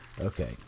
Okay